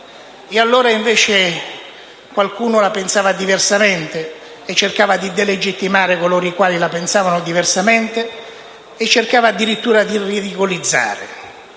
Allora, invece, qualcuno la pensava diversamente e cercava di delegittimare coloro i quali la pensavano diversamente e cercava addirittura di ridicolizzare.